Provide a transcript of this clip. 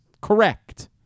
correct